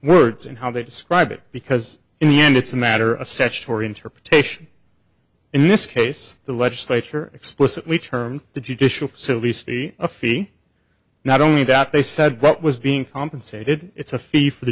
words and how they describe it because in the end it's a matter of statutory interpretation in this case the legislature explicitly termed the judicial silly city a fee not only that they said what was being compensated it's a fee for the